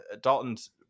Dalton's